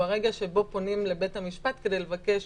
הוא הרגע שבו פונים לבית המשפט כדי לבקש